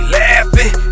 laughing